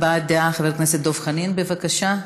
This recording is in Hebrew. הבעת דעה, חבר הכנסת דב חנין, בבקשה.